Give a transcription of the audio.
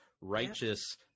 righteous